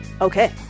okay